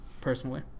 personally